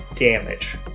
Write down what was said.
damage